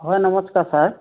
হয় নমস্কাৰ ছাৰ